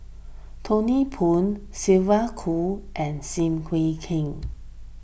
Thony Poon Sylvia Kho and Sim Kuih Kueh